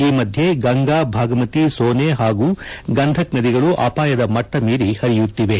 ಈ ಮಧ್ಯೆ ಗಂಗಾ ಭಾಗಮತಿ ಸೋನೆ ಹಾಗೂ ಗಂಧಕ್ ನದಿಗಳು ಅಪಾಯದ ಮಟ್ಟ ಮೀರಿ ಹರಿಯುತ್ತಿವೆ